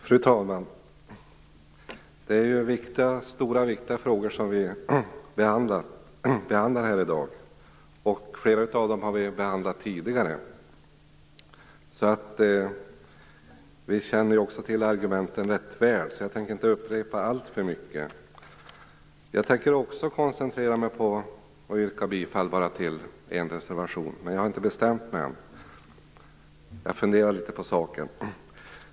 Fru talman! Det är stora viktiga frågor som vi behandlar här i dag. Flera av dem har vi behandlat tidigare. Vi känner ju också till argumenten ganska väl, därför tänker jag inte upprepa alltför mycket. Jag tänker också koncentrera mig på att yrka bifall till endast en reservation, men jag har inte bestämt mig än. Jag funderar litet på saken.